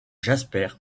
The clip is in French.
jasper